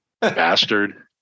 bastard